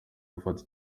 gufata